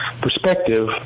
perspective